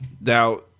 now